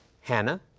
Hannah